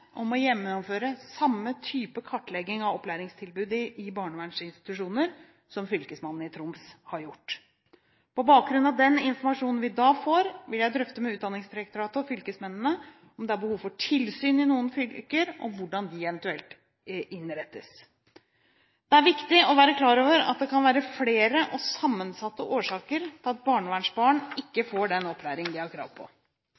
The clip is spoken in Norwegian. om å gjennomføre samme type kartlegging av opplæringstilbudet i barnevernsinstitusjoner som fylkesmannen i Troms har gjort. På bakgrunn av den informasjonen vi da får, vil jeg drøfte med Utdanningsdirektoratet og fylkesmennene om det er behov for tilsyn i noen fylker, og hvordan disse tilsynene eventuelt bør innrettes. Det er viktig å være klar over at det kan være flere og sammensatte årsaker til at barnevernsbarn ikke får den opplæringen de har krav på.